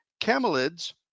camelids